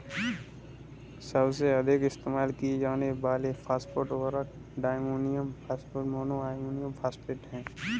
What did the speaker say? सबसे अधिक इस्तेमाल किए जाने वाले फॉस्फेट उर्वरक diammonium phosphate, mono ammonium phosphate हैं